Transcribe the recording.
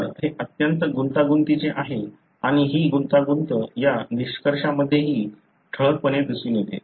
तर हे अत्यंत गुंतागुंतीचे आहे आणि ही गुंतागुंत या निष्कर्षांमध्येही ठळकपणे दिसून येते